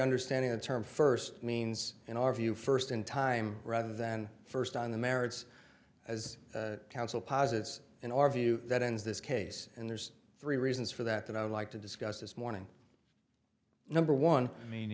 understanding of term first means in our view first in time rather than first on the merits as counsel posits in our view that ends this case and there's three reasons for that that i would like to discuss this morning number one i mean